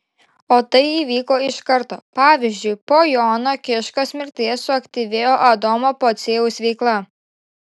o tai įvyko iš karto pavyzdžiui po jono kiškos mirties suaktyvėjo adomo pociejaus veikla